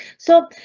so, ah,